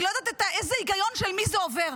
אני לא יודעת היגיון של מי זה עובר,